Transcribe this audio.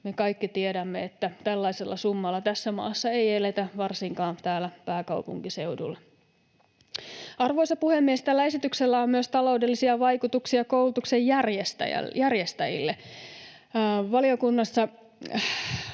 me kaikki tiedämme, että tällaisella summalla tässä maassa ei eletä, varsinkaan täällä pääkaupunkiseudulla. Arvoisa puhemies! Tällä esityksellä on myös taloudellisia vaikutuksia koulutuksen järjestäjille. Valiokunnassa